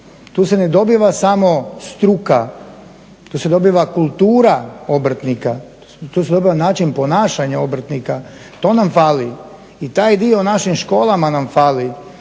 tu se ne dobiva samo struka, tu se dobiva kultura obrtnika. Tu se dobiva način ponašanja obrtnika. To nam fali. I taj dio u našim školama nam fali.